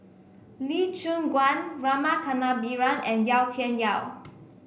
Lee Choon Guan Rama Kannabiran and Yau Tian Yau